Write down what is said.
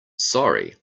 sorry